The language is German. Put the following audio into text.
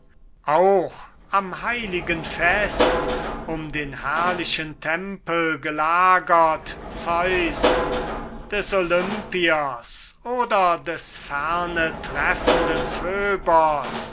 auch am heiligen fest um den herrlichen tempel gelagert zeus des olympiers oder des